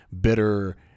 bitter